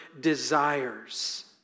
desires